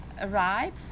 arrive